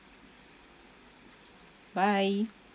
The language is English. bye